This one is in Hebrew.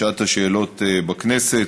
בשעת השאלות בכנסת.